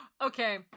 Okay